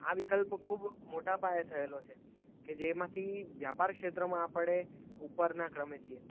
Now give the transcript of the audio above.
આ વિકલ્પ ખૂબ મોટા પાયે થએલો છે કે જેમાંથી વ્યાપાર ક્ષેત્રમાં આપણે ઉપરના ક્રમે છીએ